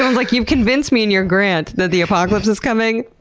um like, you've convinced me in your grant that the apocalypse is coming,